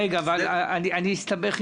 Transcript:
אז אני אסביר לך איך זה עובד.